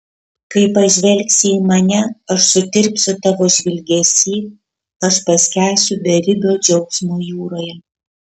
kai pažvelgsi į mane aš sutirpsiu tavo žvilgesy aš paskęsiu beribio džiaugsmo jūroje